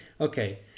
Okay